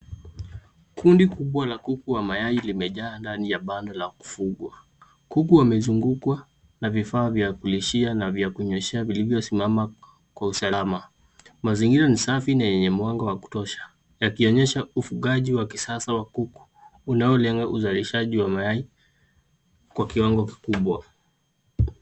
Kundi kubwa la kuku wa mayai limejaa ndani ya banda la kufugwa. Kuku imezungukwa na vifaa vya kulishia na vya kunyoshea vilivyosimama kwa usalama. Mazingira ni safi na yenye mwanga wa kutosha yakionyesha ufugaji wa kisasa wa kuku unaolenga uzalishaji wa mayai kwa kiwango kikubwa.